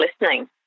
listening